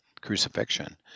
crucifixion